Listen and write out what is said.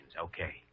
Okay